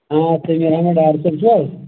آ تٔمیٖر احمد ڈار صٲب چھُو حظ